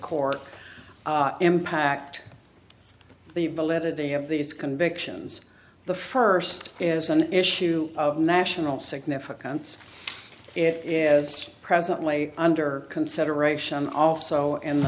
court impact the validity of these convictions the first is an issue of national significance if it's presently under consideration also in the